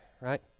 right